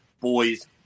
Boys